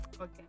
Okay